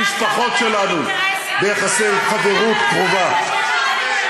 המשפחות שלנו ביחסי חברות קרובה.